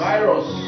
Virus